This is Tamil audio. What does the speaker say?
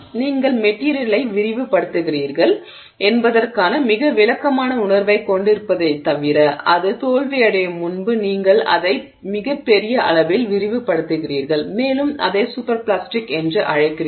நீங்கள் மெட்டிரியலை விரிவுபடுத்துகிறீர்கள் என்பதற்கான மிக விளக்கமான உணர்வைக் கொண்டிருப்பதைத் தவிர அது தோல்வியடையும் முன்பு நீங்கள் அதை மிகப் பெரிய அளவில் விரிவுபடுத்துகிறீர்கள் மேலும் அதை சூப்பர் பிளாஸ்டிக் என்று அழைக்கிறீர்கள்